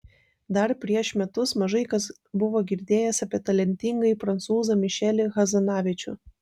dar prieš metus mažai kas buvo girdėjęs apie talentingąjį prancūzą mišelį hazanavičių